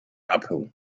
uphill